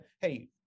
hey